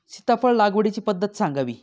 सीताफळ लागवडीची पद्धत सांगावी?